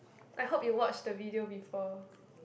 I hope you watch the video before